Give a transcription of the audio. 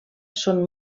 són